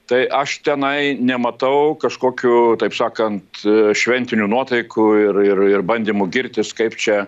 tai aš tenai nematau kažkokių taip sakant šventinių nuotaikų ir ir bandymų girtis kaip čia